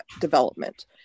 development